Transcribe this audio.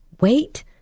wait